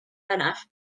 bennaf